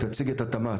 היא תציג את התמ"צ.